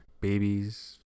babies